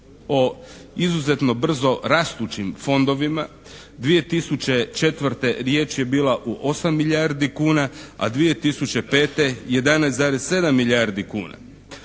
o izuzetno brzo rastućim fondovima. 2004. riječ je bila o 8 milijardi kuna, a 2005. 11,7 milijardi kuna.